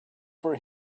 for